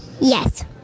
Yes